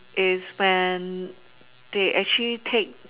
is when they actually take